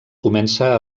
comença